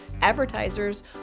advertisers